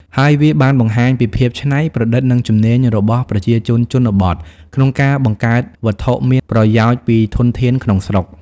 ហើយវាបានបង្ហាញពីភាពច្នៃប្រឌិត និងជំនាញរបស់ប្រជាជនជនបទក្នុងការបង្កើតវត្ថុមានប្រយោជន៍ពីធនធានក្នុងស្រុក។